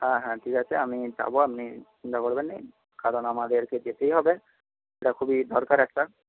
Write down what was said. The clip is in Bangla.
হ্যাঁ হ্যাঁ ঠিক আছে আমি যাব আপনি চিন্তা করবেন না কারণ আমাদেরকে যেতেই হবে এটা খুবই দরকার একটা